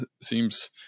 seems